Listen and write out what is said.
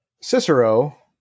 Cicero